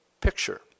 picture